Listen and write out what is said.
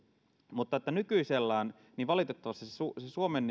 mutta nykyisellään valitettavasti se suomen